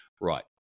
Right